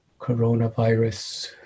coronavirus